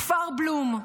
כפר בלום,